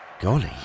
Golly